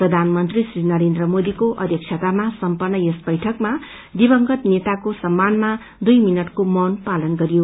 प्रधानमन्त्री श्री नरेन्द्र मोदीको अध्यक्षतामा सम्पन्न यस वैठकमा दिवंगत नेताको सम्मानमा दुइ मिनटको मोन पालन गरियो